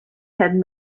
had